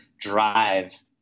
drive